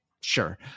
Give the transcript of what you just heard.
Sure